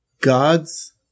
God's